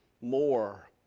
more